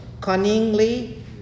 cunningly